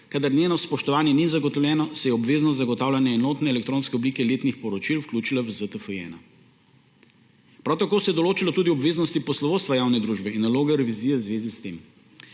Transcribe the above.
kadar njeno spoštovanje ni zagotovljeno, se je obveznost zagotavljanja enotne elektronske oblike letnih poročil vključila v ZTFI-1. Prav tako se je določilo tudi obveznosti poslovodstva javne družbe in naloge revizije v zvezi s tem.